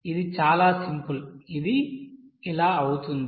ఇది చాలా సింపుల్గా ఇది అవుతుంది